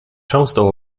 często